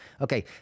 Okay